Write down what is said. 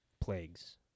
plagues